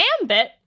ambit